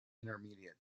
intermediate